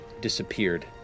disappeared